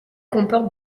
comporte